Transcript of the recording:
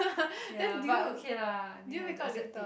ya but okay lah I mean I have to accept it